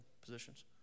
positions